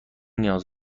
نیاز